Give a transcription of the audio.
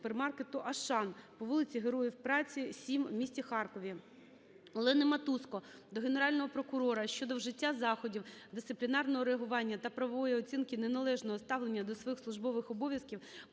"Ашан" по вулиці Героїв Праці, 7 в місті Харкові. Олени Матузко до Генерального прокурора щодо вжиття заходів дисциплінарного реагування та правової оцінки неналежного ставлення до своїх службових обов'язків